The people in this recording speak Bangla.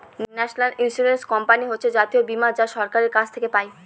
ন্যাশনাল ইন্সুরেন্স কোম্পানি হচ্ছে জাতীয় বীমা যা সরকারের কাছ থেকে পাই